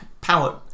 power